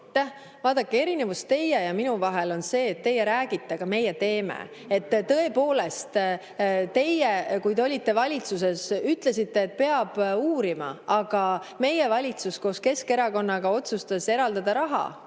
erinevus teie ja minu vahel on see, et teie räägite, aga meie teeme. Tõepoolest, teie, kui te olite valitsuses, ütlesite, et peab uurima, aga meie valitsus koos Keskerakonnaga otsustas eraldada 3